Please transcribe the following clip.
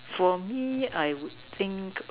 for me I would think